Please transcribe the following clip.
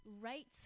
right